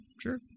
Sure